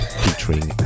featuring